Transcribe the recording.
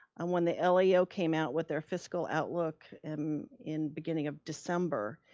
and when they lao came out with their fiscal outlook, in in beginning of december,